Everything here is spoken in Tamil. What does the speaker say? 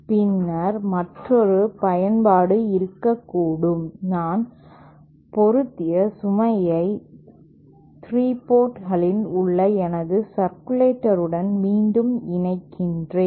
பின்னர் மற்றொரு பயன்பாடு இருக்கக்கூடும் நான் பொருந்திய சுமையை 3 போர்ட்களில் உள்ள எனது சர்க்குலேட்டருடன் மீண்டும் இணைக்கிறேன்